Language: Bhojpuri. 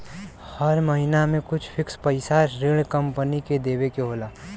हर महिना में कुछ फिक्स पइसा ऋण कम्पनी के देवे के होला